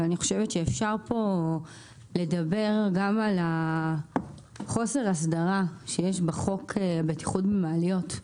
ואני חושבת שאפשר פה לדבר גם על חוסר ההסדרה שיש בחוק בטיחות במעליות.